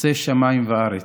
עֹשה שמים וארץ.